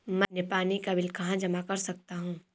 मैं अपने पानी का बिल कहाँ जमा कर सकता हूँ?